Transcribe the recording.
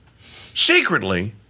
secretly